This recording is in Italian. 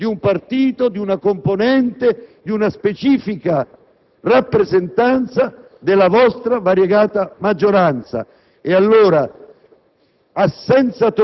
Ciò che però voi volete nascondere è la presenza di un progetto politico, non di politica economica, perché dietro ad ogni fettina